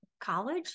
college